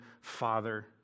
Father